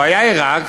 הבעיה היא רק